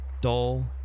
dull